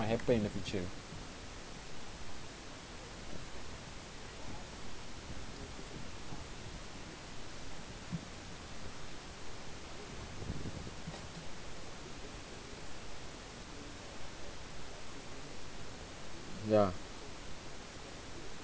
might happen in the future ya